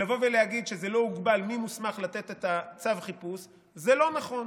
לבוא ולהגיד שלא הוגבל מי שמוסמך לתת את צו החיפוש זה לא נכון.